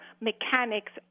mechanics